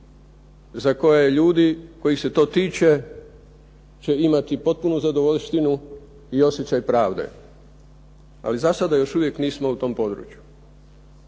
za koje ljudi kojih se to tiče će imati potpunu zadovoljštinu i osjećaj pravde, ali zasada još uvijek nismo u tom području.